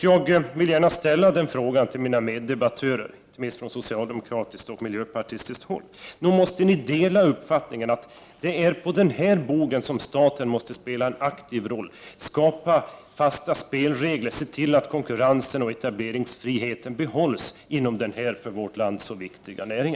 Jag vill gärna ställa frågan till mina meddebattörer, inte minst från socialdemokratiskt och miljöpartistiskt håll: Delar ni uppfattningen att det är på den här bogen som staten måste spela en aktiv roll, genom att skapa fasta spelregler, se till att konkurrensen och etableringsfriheten behålls inom denna för vårt land så viktiga näring?